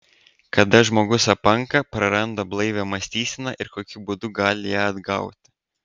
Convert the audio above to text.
kada žmogus apanka praranda blaivią mąstyseną ir kokiu būdu gali ją atgauti